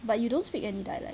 but you don't speak any dialect